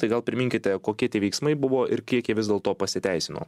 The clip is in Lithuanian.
tai gal priminkite kokie tie veiksmai buvo ir kiek jie vis dėlto pasiteisino